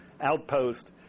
outpost